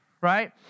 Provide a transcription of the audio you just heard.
right